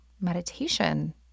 meditation